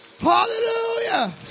Hallelujah